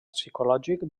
psicològic